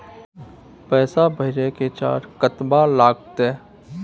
पैसा भेजय के चार्ज कतबा लागते?